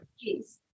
Yes